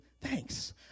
Thanks